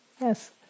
Yes